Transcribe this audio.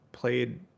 played